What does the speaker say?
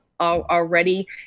already